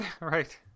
Right